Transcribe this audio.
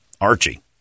Archie